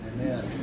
Amen